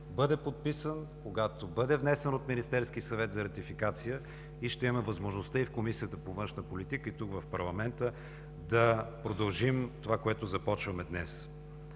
бъде подписан, когато бъде внесен от Министерския съвет за ратификация, и ще имаме възможността и в Комисията по външна политика, и тук, в парламента, да продължим това, което започваме днес.